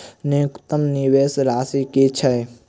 न्यूनतम निवेश राशि की छई?